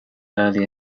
early